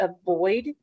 avoid